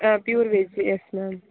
pure veg yes ma'am